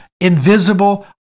invisible